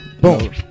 Boom